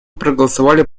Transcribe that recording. проголосовали